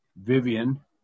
Vivian